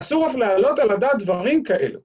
‫אסור אף להעלות על הדעת דברים כאלה